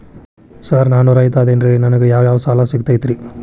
Sir ನಾನು ರೈತ ಅದೆನ್ರಿ ನನಗ ಯಾವ್ ಯಾವ್ ಸಾಲಾ ಸಿಗ್ತೈತ್ರಿ?